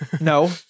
no